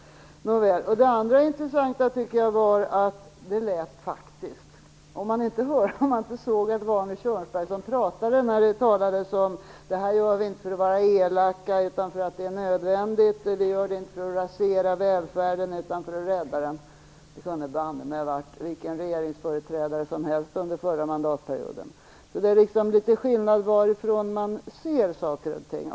Det andra intressanta tyckte jag var att Arne Kjörnsberg faktiskt lät som vilken regeringsföreträdare som helst under den förra mandatperioden. Man skulle ha kunnat få det intrycket, om man inte sett att det var Arne Kjörnsberg utan bara hade hört honom tala. Han sade: Det här gör vi inte för att vara elaka utan därför att det är nödvändigt. Vi gör det inte för att rasera välfärden utan för att rädda den. Det är liksom litet skillnad beroende på varifrån man ser saker och ting.